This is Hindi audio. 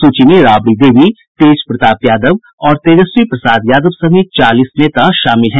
सूची में राबड़ी देवी तेज प्रताप यादव और तेजस्वी प्रसाद यादव समेत चालीस नेता शामिल हैं